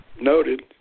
noted